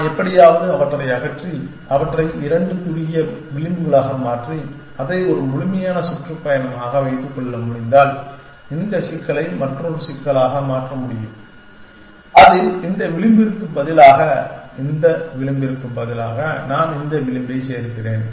நான் எப்படியாவது அவற்றை அகற்றி அவற்றை இரண்டு குறுகிய விளிம்புகளாக மாற்றி அதை ஒரு முழுமையான சுற்றுப்பயணமாக வைத்துக் கொள்ள முடிந்தால் இந்த சிக்கலை மற்றொரு சிக்கலாக மாற்ற முடியும் அதில் இந்த விளிம்பிற்கு பதிலாக இந்த விளிம்பிற்கு பதிலாக நான் இந்த விளிம்பை சேர்க்கிறேன்